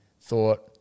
thought